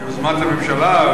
ביוזמת הממשלה,